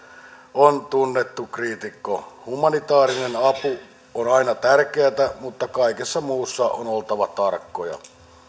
on tunnettu kriitikko humanitaarinen apu on aina tärkeätä mutta kaikessa muussa on oltava tarkkoja